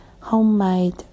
homemade